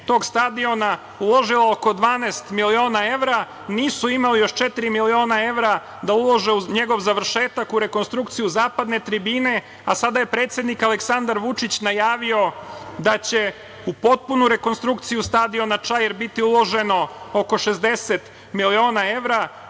tog stadiona uložilo oko 12 miliona evra, nisu imali još četiri miliona evra da ulože u njegov završetak, u rekonstrukciju zapadne tribine, a sada je predsednik Aleksandar Vučić najavio da će u potpunu rekonstrukciju stadiona „Čair“ biti uloženo oko 60 miliona evra,